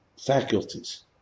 faculties